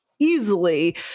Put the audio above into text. easily